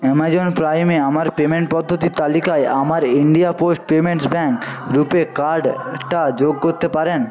Amazon প্রাইমে আমার payment পদ্ধতির তালিকায় আমার India Post Payments Bank RuPay কার্ডটা যোগ করতে পারেন